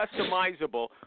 customizable